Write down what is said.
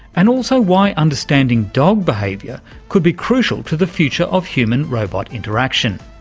and also why understanding dog behaviour could be crucial to the future of human-robot interaction.